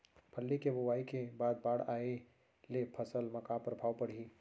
फल्ली के बोआई के बाद बाढ़ आये ले फसल मा का प्रभाव पड़ही?